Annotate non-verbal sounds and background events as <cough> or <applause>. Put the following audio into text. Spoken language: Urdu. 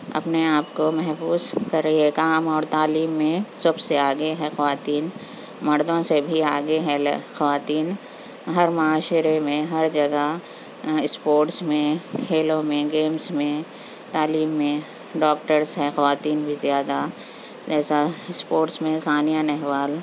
اپنے آپ کو محفوظ کر رہی ہے کام اور تعلیم میں سب سے آگے ہے خواتین مردوں سے بھی آگے ہے <unintelligible> خواتین ہر معاشرے میں ہر جگہ اسپورٹس میں کھیلوں میں گیمس میں تعلیم میں ڈاکٹرس ہیں خواتین بھی زیادہ ایسا اسپوٹس میں ثانیہ نہوال